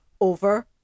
over